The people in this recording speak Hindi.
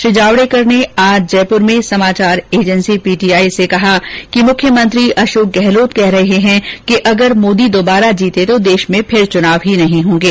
श्री जावडेकर ने आज जयपुर में समाचार एजेंसी पीटीआई से कहा कि मुख्यमंत्री अशोक गहलोत कह रहे है कि अगर मोदी दोबारा जीते तो देश में फिर चुनाव ही नहीं होंगे